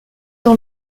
dans